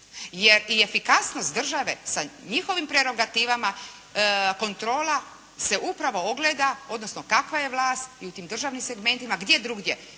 jer i efikasnost države sa njihovim prerogativama kontrola se upravo ogleda odnosno kakva je vlast i u tim državnim segmentima, gdje drugdje